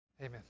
Amen